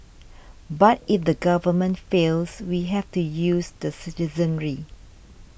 but if the government fails we have to use the citizenry